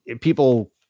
people